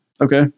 Okay